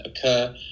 occur